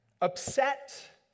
upset